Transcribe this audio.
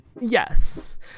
Yes